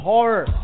Horror